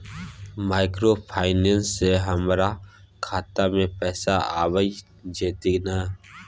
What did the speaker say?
Microfinance से हमारा खाता में पैसा आबय जेतै न?